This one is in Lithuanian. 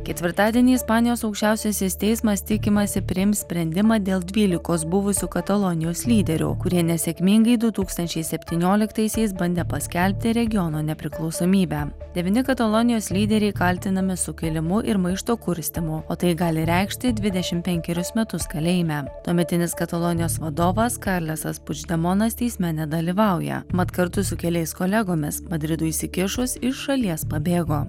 ketvirtadienį ispanijos aukščiausiasis teismas tikimasi priims sprendimą dėl dvylikos buvusių katalonijos lyderių kurie nesėkmingai du tūkstančiai septynioliktaisiais bandė paskelbti regiono nepriklausomybę devyni katalonijos lyderiai kaltinami sukėlimu ir maišto kurstymu o tai gali reikšti dvidešimt penkerius metus kalėjime tuometinis katalonijos vadovas karlesas puždamonas teisme nedalyvauja mat kartu su keliais kolegomis madridui įsikišus iš šalies pabėgo